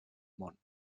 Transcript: món